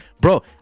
bro